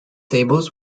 tables